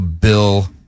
Bill